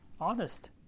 Honest